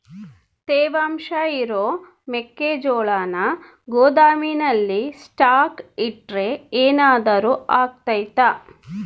ತೇವಾಂಶ ಇರೋ ಮೆಕ್ಕೆಜೋಳನ ಗೋದಾಮಿನಲ್ಲಿ ಸ್ಟಾಕ್ ಇಟ್ರೆ ಏನಾದರೂ ಅಗ್ತೈತ?